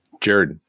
Jared